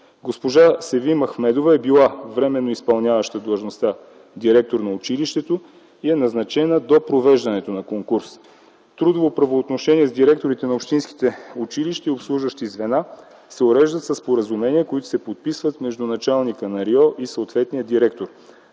Госпожа Севим Ахмедова е била временно изпълняващ длъжността „директор на училището” и е назначена до провеждането на конкурса. Трудовите правоотношения с директорите на общинските училища и обслужващи звена се уреждат със споразумения, които се подписват между началника на РИО и съответния директор.